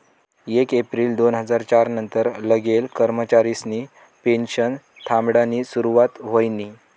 येक येप्रिल दोन हजार च्यार नंतर लागेल कर्मचारिसनी पेनशन थांबाडानी सुरुवात व्हयनी